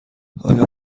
آیا